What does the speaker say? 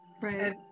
right